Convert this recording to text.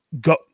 Go